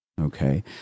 Okay